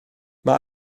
mae